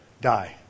die